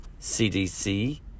CDC